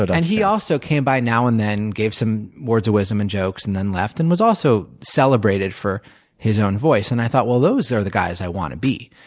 but and he also came by now and then, gave some words of wisdom and jokes, and then left, and was also celebrated for his own voice. and i thought, well, those are the guys i want to be.